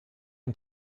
und